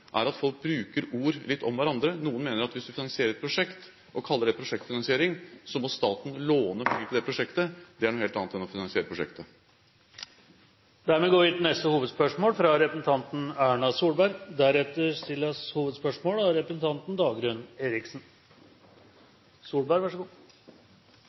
er at folk bruker ord litt om hverandre. Noen mener at hvis en finansierer et prosjekt og kaller det prosjektfinansiering, må staten låne penger til det prosjektet – det er noe helt annet enn å finansiere prosjektet. Vi går videre til neste hovedspørsmål.